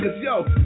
yo